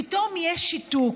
פתאום יש שיתוק.